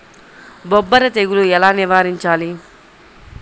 బొబ్బర తెగులు ఎలా నివారించాలి?